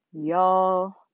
Y'all